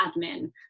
admin